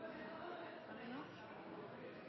for det